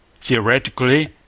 Theoretically